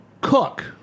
cook